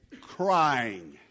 crying